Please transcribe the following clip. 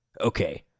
Okay